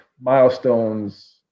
milestones